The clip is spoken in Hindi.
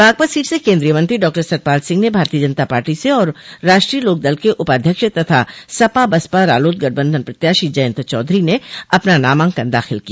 बागपत सीट से केन्द्रीय मंत्री डॉक्टर सतपाल सिंह ने भारतीय जनता पार्टी से और राष्ट्रीय लोक दल के उपाध्यक्ष तथा सपा बसपा रालोद गठबंधन प्रत्याशी जयंत चौधरी ने अपना नामांकन दाखिल किया